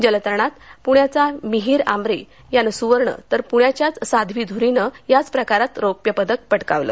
जलतरणात प्ण्याचा मिहीर आंम्ब्रेनं स्वर्ण तर तर प्ण्याच्याच साध्वी धुरीनं याच प्रकारात रौप्यपदक मिऴवलं